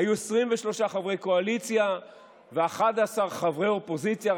היו 23 חברי קואליציה ו-11 חברי אופוזיציה,